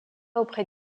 auprès